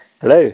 Hello